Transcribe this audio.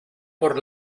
por